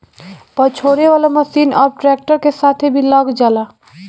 पछोरे वाला मशीन अब ट्रैक्टर के साथे भी लग जाला